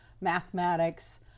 mathematics